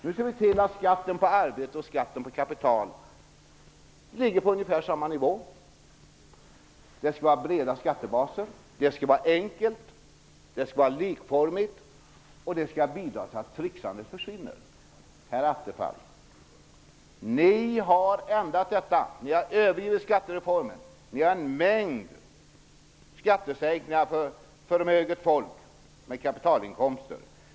Nu skall vi se till att skatten på arbete och skatten på kapital ligger på ungefär samma nivå. Det skall vara breda skattebaser. Det skall vara enkelt. Det skall vara likformigt, och det skall bidra till att trixandet försvinner. Herr Attefall! Ni har ändrat detta. Ni har övergivit skattereformen. Ni har genomfört en mängd skattesänkningar för förmöget folk med kapitalinkomster.